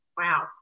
Wow